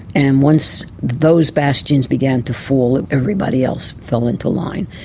and once those bastions began to fall, everybody else fell into line.